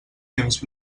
temps